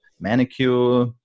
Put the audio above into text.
manicure